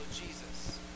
Jesus